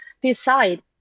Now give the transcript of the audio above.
decide